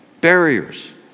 Barriers